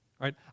right